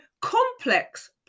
complex